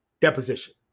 deposition